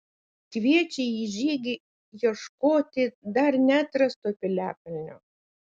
kviečia į žygį ieškoti dar neatrasto piliakalnio